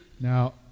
Now